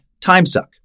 timesuck